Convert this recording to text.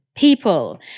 people